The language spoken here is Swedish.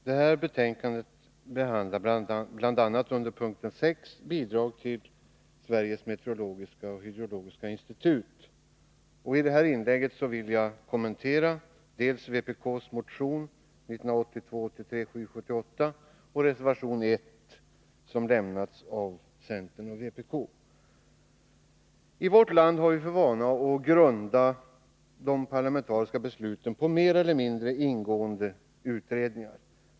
Herr talman! Detta betänkande behandlar, bl.a. under punkt 6, Bidrag till Sveriges meteorologiska och hydrologiska institut. I det här inlägget vill jag kommentera dels vpk:s motion 1982/83:778, dels reservation 1, som avgivits av centern och vpk. Vi har i vårt land för vana att grunda de parlamentariska besluten på mer eller mindre ingående utredningar.